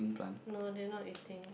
no they not eating